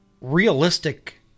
realistic